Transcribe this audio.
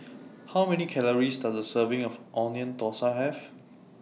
How Many Calories Does A Serving of Onion Thosai Have